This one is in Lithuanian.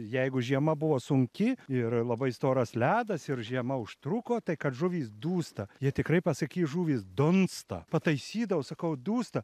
jeigu žiema buvo sunki ir labai storas ledas ir žiema užtruko tai kad žuvys dūsta jie tikrai pasakys žuvys dunsta pataisydavau sakau dūsta